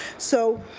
so